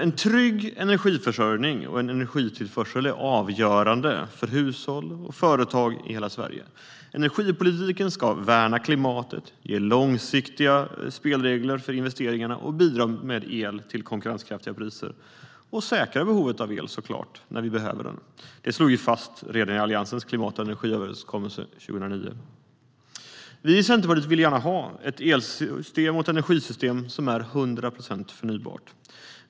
En trygg energiförsörjning och energitillförsel är avgörande för hushåll och företag i hela Sverige. Energipolitiken ska värna klimatet, ge långsiktiga spelregler för investeringarna, bidra med el till konkurrenskraftiga priser och säkra behovet av el, såklart, när vi behöver den. Det slog vi fast redan i Alliansens klimat och energiöverenskommelse 2009. Vi i Centerpartiet vill gärna ha ett elsystem och energisystem som är till hundra procent förnybart.